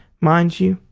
mind you,